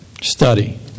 Study